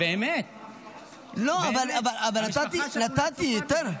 באמת, משפחה שכולה --- אבל נתתי יותר.